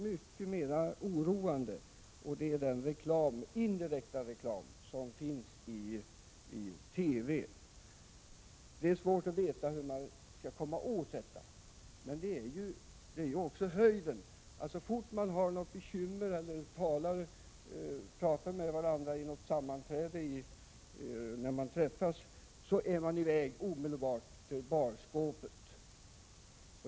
Mycket mer oroande är emellertid den indirekta reklam som förekommer i TV. Det är svårt att veta hur man skall komma åt denna företeelse. I många TV-program är det så att så fort man har något bekymmer eller när människor pratar med varandra vid sammanträden eller i andra sammanhang, så bär det omedelbart i väg till barskåpet.